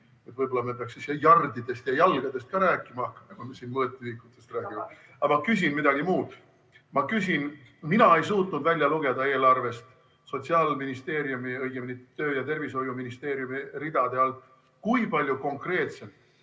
Võib-olla me peaksime siis jardidest ja jalgadest rääkima hakkama, kui me siin mõõtühikutest räägime. Aga ma küsin midagi muud. Mina ei suutnud välja lugeda eelarvest Sotsiaalministeeriumi, õigemini töö‑ ja tervishoiuministeeriumi ridade alt, kui palju konkreetselt